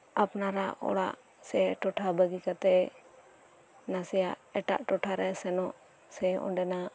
ᱟᱯᱱᱟᱨᱟᱜ ᱚᱲᱟᱜ ᱥᱮ ᱴᱚᱴᱷᱟ ᱵᱟᱹᱜᱤ ᱠᱟᱛᱮᱫ ᱱᱟᱥᱮᱭᱟᱜ ᱮᱴᱟᱜ ᱴᱚᱴᱷᱟᱨᱮ ᱥᱮᱱᱚᱜ ᱥᱮ ᱚᱸᱰᱮᱱᱟᱜ